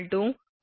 87 kV